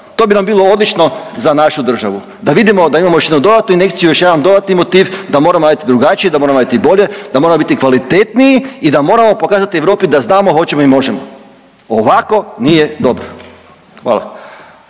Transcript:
To bi nam bilo odlično za našu državu da vidimo da imamo još jednu dodatnu injekciju, još jedan dodatni motiv da moramo raditi drugačije, da moramo raditi bolje, da moramo biti kvalitetniji i da moramo pokazati Europi da znamo, hoćemo i možemo. Ovako nije dobro. Hvala.